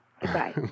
Goodbye